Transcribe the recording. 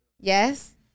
Yes